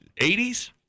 80s